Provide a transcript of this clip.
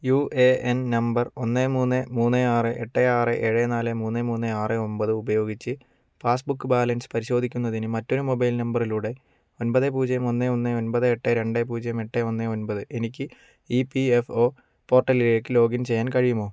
U A N നമ്പർ ഒന്ന് മൂന്ന് മൂന്ന് ആറ് എട്ട് ആറ് ഏഴ് നാല് മൂന്ന് മൂന്നേ ആറ് ഒമ്പത് ഉപയോഗിച്ച് പാസ്ബുക്ക് ബാലൻസ് പരിശോധിക്കുന്നതിന് മറ്റൊരു മൊബൈൽ നമ്പറിലൂടെ ഒൻപത് പൂജ്യം ഒന്ന് ഒന്ന് ഒൻപത് എട്ട് രണ്ട് പൂജ്യം എട്ട് ഒന്ന് ഒൻപത് എനിക്ക് ഇ പി എഫ് ഒ പോർട്ടലിലേക്ക് ലോഗിൻ ചെയ്യാൻ കഴിയുമോ